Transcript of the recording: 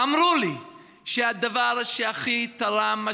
אמרו לי שהדבר שהכי תרם,